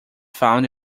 found